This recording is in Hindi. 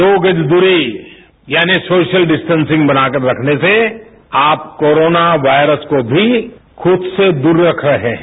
दो गज दूरी यानी सोशल डिस्टेंसिंग बनाकर रखने से आप कोरोना वायरस को भी खुद से दूर रख रहे हैं